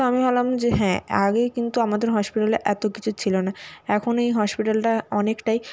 তো আমি ভাবলাম যে হ্যাঁ আগে কিন্তু আমাদের হসপিটালে এত কিছু ছিল না এখন এই হসপিটালটা অনেকটাই